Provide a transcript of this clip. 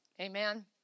Amen